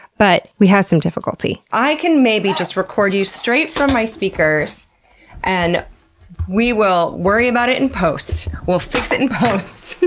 but we had some yeah i can maybe just record you straight from my speakers and we will worry about it in post. we'll fix it in post!